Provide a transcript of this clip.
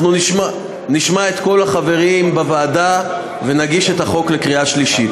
אנחנו נשמע את כל החברים בוועדה ונגיש את הצעת החוק לקריאה שלישית.